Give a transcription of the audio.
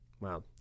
Wow